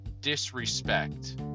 disrespect